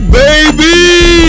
baby